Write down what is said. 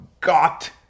got